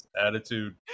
attitude